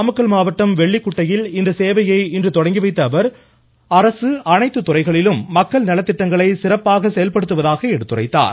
நாமக்கல் மாவட்டம் வெள்ளிகுட்டையில் இந்த சேவையை இன்று தொடங்கி வைத்த அவர் அரசு அனைத்து துறைகளிலும் மக்கள் நலத்திட்டங்களை சிறப்பாக செயல்படுத்துவதாக எடுத்துரைத்தார்